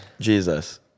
Jesus